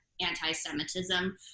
anti-Semitism